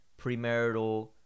premarital